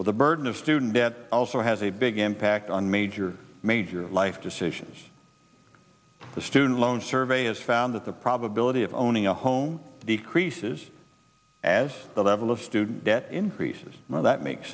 well the burden of student debt also has a big impact on major major life decisions the student loan survey has found that the probability of owning a home decreases as the level of student debt increases that make